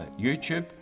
YouTube